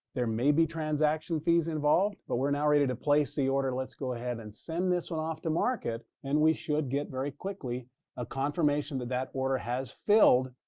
there may be transaction fees involved, but we're now ready to place the order. let's go ahead and send this one off to market, and we should get very quickly quickly a confirmation that that order has filled.